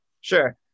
Sure